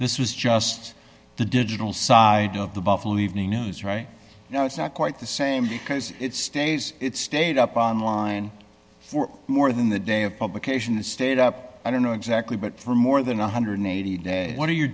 this was just the digital side of the buffalo evening news right now it's not quite the same because it stays stayed up on line for more than the day of publication it stayed up i don't know exactly but for more than one hundred and eighty days what are your